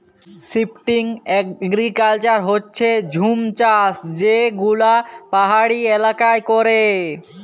shifting agriculture হচ্যে জুম চাষ যে গুলা পাহাড়ি এলাকায় ক্যরে